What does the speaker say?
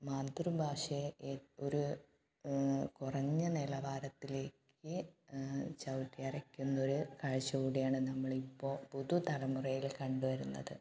മാതൃഭാഷയെ എ ഒര് കുറഞ്ഞ നിലവാരത്തിലേക്ക് ചവിട്ടി അരക്കുന്നൊരു കാഴ്ച കൂടിയാണ് നമ്മളിപ്പോൾ പുതുതലമുറയിൽ കണ്ട് വരുന്നത്